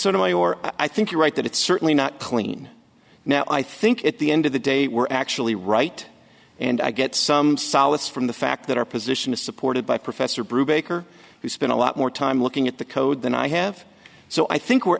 money or i think you're right that it's certainly not clean now i think at the end of the day we're actually right and i get some solace from the fact that our position is supported by professor bruce baker who spent a lot more time looking at the code than i have so i think we're